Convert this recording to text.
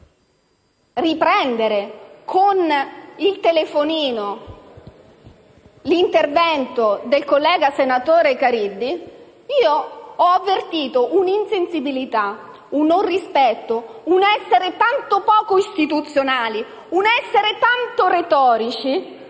riprendere con il telefonino l'intervento del collega senatore Caridi, io ho avvertito una insensibilità, un non rispetto, un essere tanto poco istituzionali, un essere tanto retorici